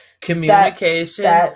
Communication